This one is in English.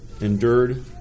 endured